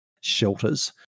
shelters